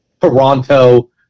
Toronto